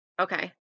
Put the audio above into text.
Okay